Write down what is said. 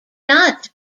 not